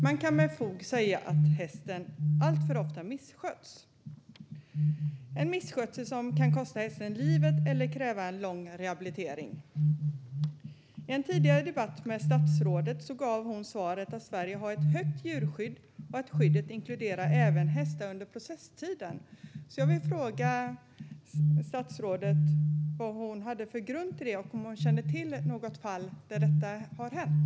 Man kan med fog säga att hästen alltför ofta missköts, och det är en misskötsel som kan kosta hästen livet eller kräva lång rehabilitering. I en tidigare debatt med statsrådet gav hon svaret att Sverige har ett högt djurskydd och att skyddet inkluderar hästar under processtiden. Jag vill fråga statsrådet vad hon hade för grund för det och om hon känner till något fall där detta har hänt.